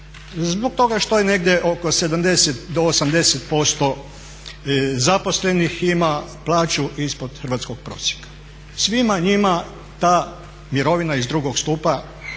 Zbog toa što je negdje oko 70-80% zaposlenih ima plaću ispod hrvatskog prosjeka. Svima njima ta mirovina iz drugog stupa